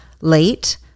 late